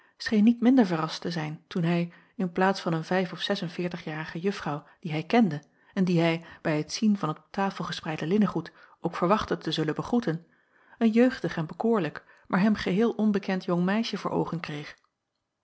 scheen niet minder verrast te zijn toen hij in plaats van een vijf of zes-en-veertig jarige juffrouw die hij kende en die hij bij het zien van het op tafel gespreide linnengoed ook verwachtte te zullen begroeten een jeugdig en laasje evenster bekoorlijk maar hem geheel onbekend jong meisje voor oogen kreeg